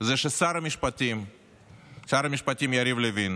זה ששר המשפטים יריב לוין